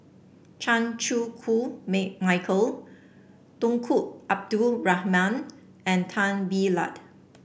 Chan Chew Koon Make Michael Tunku Abdul Rahman and Tan Bee Liat